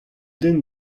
den